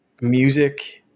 music